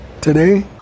today